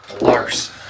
Lars